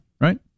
right